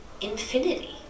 infinity